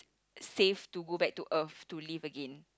safe to go back to earth to live again